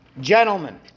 Gentlemen